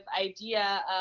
idea